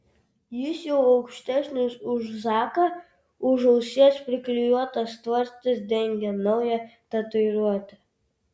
jis jau aukštesnis už zaką už ausies priklijuotas tvarstis dengia naują tatuiruotę